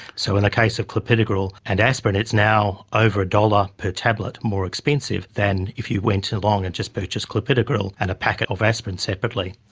so in the case of clopidogrel and aspirin, it's now over a dollar per tablet more expensive than if you went along and just purchased clopidogrel and a packet of aspirin separately.